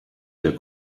der